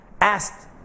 asked